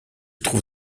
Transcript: trouve